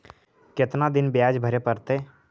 कितना दिन बियाज भरे परतैय?